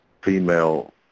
female